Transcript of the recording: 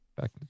back